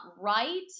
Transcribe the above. right